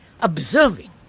observing